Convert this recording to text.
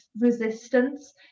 resistance